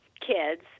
kids